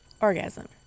Orgasm